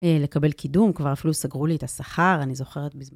לקבל קידום, כבר אפילו סגרו לי את השכר, אני זוכרת בזמן.